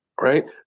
Right